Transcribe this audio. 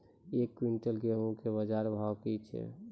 एक क्विंटल गेहूँ के बाजार भाव की छ?